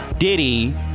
Diddy